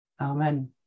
Amen